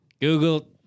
Google